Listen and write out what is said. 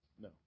No